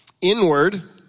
Inward